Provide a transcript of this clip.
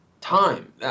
time